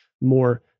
more